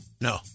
No